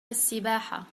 السباحة